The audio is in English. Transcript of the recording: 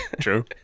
True